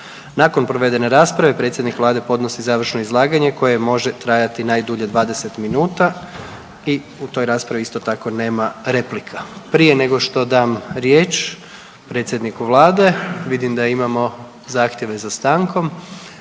Nakon provedene rasprave predsjednik vlade podnosi završno izlaganje koje može trajati najdulje 20 minuta i u toj raspravi isto tako nema replika. Prije nego što dam riječ predsjedniku vlade vidim da imamo zahtjeve za stankom,